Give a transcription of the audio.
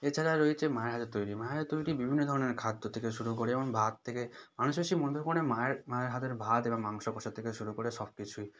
এছাড়া রয়েছে মায়ের হাতে তৈরি মায়ের হাতে তৈরি বিভিন্ন ধরনের খাদ্য থেকে শুরু করে যেমন ভাত থেকে মানুষের সেই মায়ের হাতের ভাত এবং মাংস কষা থেকে শুরু করে সব কিছুই